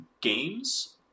games